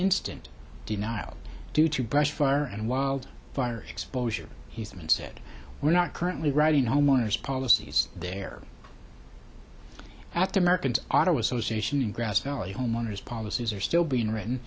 instant denial due to brush fire and wild fire exposure he said and said we're not currently writing homeowners policies they're at the americans auto association in grass valley homeowners policies are still being written